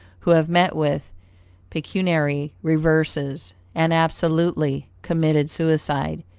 who have met with pecuniary reverses, and absolutely committed suicide,